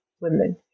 women